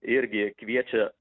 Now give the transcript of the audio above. irgi kviečia